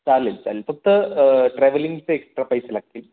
चालेल चालेल फक्त ट्रॅव्हलिंगचे एक्स्ट्रा पैसे लागतील